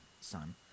son